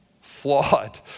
Flawed